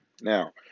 Now